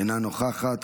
אינה נוכחת,